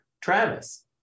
Travis